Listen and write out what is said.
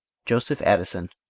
joseph addison,